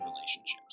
relationships